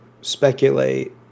speculate